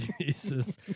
Jesus